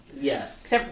Yes